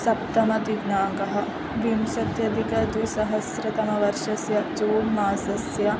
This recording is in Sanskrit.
सप्तमदिनाङ्कः विंशत्यधिक द्विसहस्रतमवर्षस्य जून् मासस्य